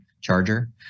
charger